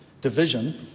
division